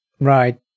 Right